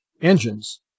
engines